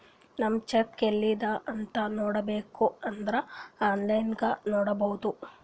ನಮ್ ಚೆಕ್ ಎಲ್ಲಿ ಅದಾ ಅಂತ್ ನೋಡಬೇಕ್ ಅಂದುರ್ ಆನ್ಲೈನ್ ನಾಗ್ ನೋಡ್ಬೋದು